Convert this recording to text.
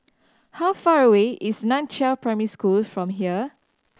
how far away is Nan Chiau Primary School from here